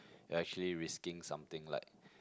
yea actually risking something like